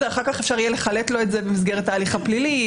אחר כך אפשר יהיה לחלט לו את זה במסגרת ההליך הפלילי,